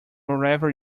whatever